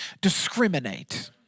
discriminate